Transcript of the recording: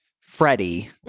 Freddie